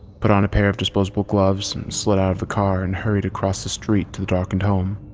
put on a pair of disposable gloves, slid out of the car and hurried across the street to the darkened home.